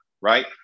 Right